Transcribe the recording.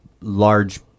large